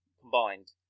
combined